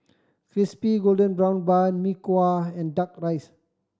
Crispy Golden Brown Bun Mee Kuah and Duck Rice